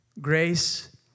grace